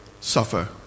suffer